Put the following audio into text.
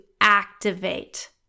activate